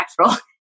natural